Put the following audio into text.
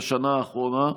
בשנה האחרונה,